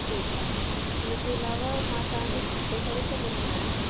ठीकु आहे हुनजे अलावा मां तव्हांखे जी पे करे सघंदी आहियां